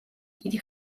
დიდი